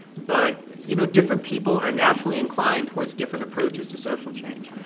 but, you know, different people are naturally inclined towards different approaches to social change.